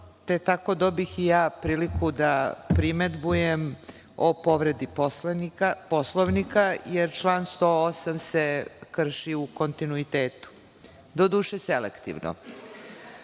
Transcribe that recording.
te tako dobih i ja priliku da primedbujem o povredi Poslovnika, jer član 108. se krši u kontinuitetu, doduše, selektivno. Ne